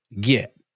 get